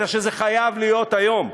אלא שזה חייב להיות היום.